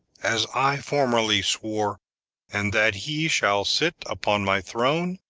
as i formerly swore and that he shall sit upon my throne,